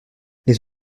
les